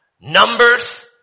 numbers